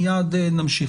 מיד נמשיך.